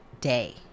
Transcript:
day